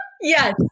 Yes